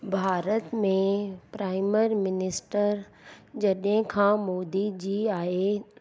भारत में prime minister जॾहिं खां मोदी जी आहे